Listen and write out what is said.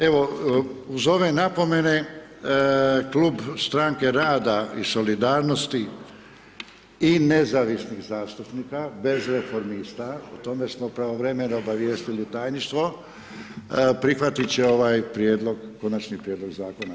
Evo, uz ove napomene, Klub Stranke rada i solidarnosti i nezavisnih zastupnika, bez Reformista, o tome smo pravovremeno obavijestili Tajništvo, prihvatit će ovaj prijedlog, konačni prijedlog zakona.